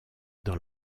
dans